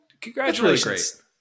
Congratulations